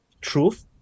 truth